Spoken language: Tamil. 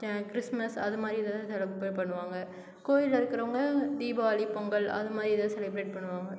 கிறிஸ்மஸ் அதுமாதிரி இதைதான் சிறப்பாக பண்ணுவாங்க கோவில்ல இருக்கிறவங்க தீபாவளி பொங்கல் அதுமாதிரி இதை செலிபிரேட் பண்ணுவாங்க